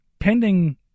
Pending